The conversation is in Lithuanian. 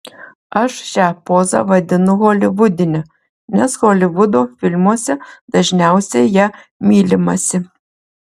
aš šią pozą vadinu holivudine nes holivudo filmuose dažniausiai ja mylimasi